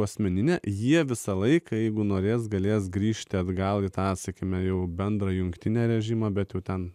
asmeninė jie visą laiką jeigu norės galės grįžti atgal į tą sakykime jau bendrą jungtinę režimą bet ten